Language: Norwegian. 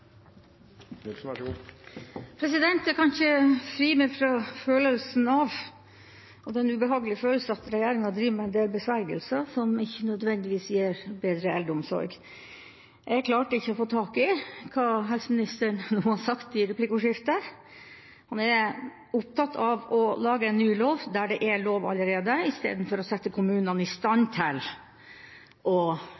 del besvergelser som ikke nødvendigvis gir bedre eldreomsorg. Jeg klarte ikke å få tak i hva helseministeren sa i replikkordskiftet. Man er opptatt av å lage en ny lov der det er en lov allerede, i stedet for å sette kommunene i